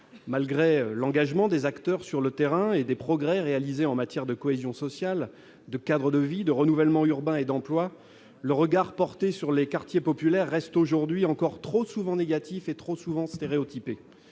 malgré l'engagement des acteurs sur le terrain et des progrès réalisés en matière de cohésion sociale, de cadre de vie, de renouvellement urbain et d'emplois, le regard porté sur les quartiers populaires, reste aujourd'hui encore trop souvent négatifs et trop souvent stéréotypé,